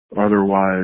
otherwise